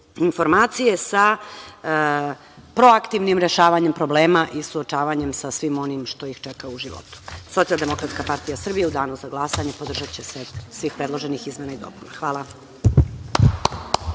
informacije sa proaktivnim rešavanjem problema i suočavanjem sa svim onim što ih čeka u životu. Socijaldemokratska partija Srbije u danu za glasanje podržaće set svih predloženih izmena i dopuna. Hvala.